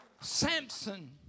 Samson